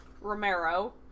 Romero